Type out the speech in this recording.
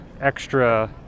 extra